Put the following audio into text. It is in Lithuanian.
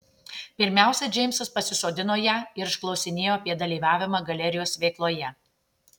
pirmiausia džeimsas pasisodino ją ir išklausinėjo apie dalyvavimą galerijos veikloje